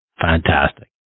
Fantastic